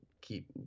keep